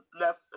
left